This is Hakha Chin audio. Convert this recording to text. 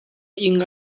ing